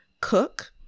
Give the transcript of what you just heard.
cook